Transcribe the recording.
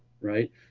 right